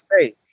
say